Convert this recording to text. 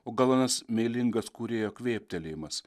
o gal anas meilingas kūrėjo kvėptelėjimas